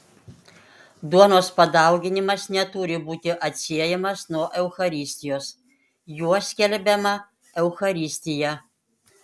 duonos padauginimas neturi būti atsiejamas nuo eucharistijos juo skelbiama eucharistija